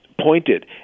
pointed